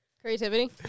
Creativity